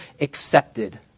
accepted